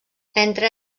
entre